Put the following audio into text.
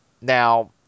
Now